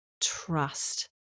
trust